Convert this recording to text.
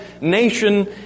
nation